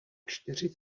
čtyři